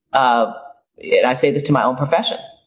ah yeah and i say this to my own profession,